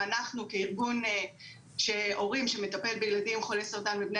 ואנחנו כארגון הורים שמטפל בילדים חולי סרטן ובני